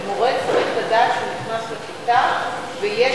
מורה צריך לדעת שהוא נכנס לכיתה ויש